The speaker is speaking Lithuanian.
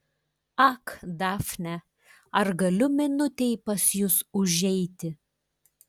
ak dafne ar galiu minutei pas jus užeiti